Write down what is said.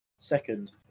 Second